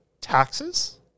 taxes